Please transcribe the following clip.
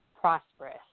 prosperous